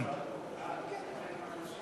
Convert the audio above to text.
מי נגד?